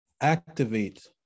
activate